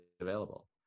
available